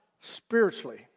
spiritually